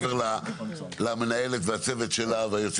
רצינו ללמוד את העניין מקרוב, ועכשיו אנחנו